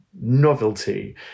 novelty